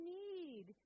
need